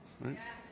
right